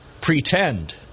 pretend